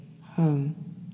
home